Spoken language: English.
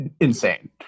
Insane